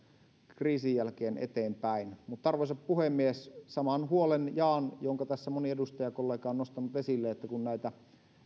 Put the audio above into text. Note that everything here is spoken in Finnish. kriisin jälkeen eteenpäin mutta arvoisa puhemies saman huolen jaan jonka tässä moni edustajakollega on nostanut esille että kun näitä